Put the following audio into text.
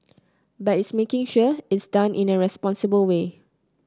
but it's making sure it's done in a responsible way